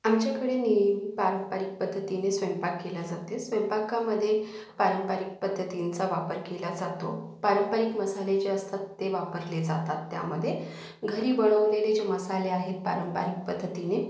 आमच्याकडे नेईम पारंपरिक पद्धतीने स्वयंपाक केला जाते स्वयंपाकामध्ये पारंपरिक पद्धतींचा वापर केला जातो पारंपरिक मसाले जे असतात ते वापरले जातात त्यामध्ये घरी बनवलेले जे मसाले आहेत पारंपरिक पद्धतीने